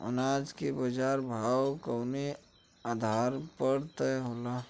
अनाज क बाजार भाव कवने आधार पर तय होला?